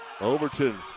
Overton